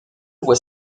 voit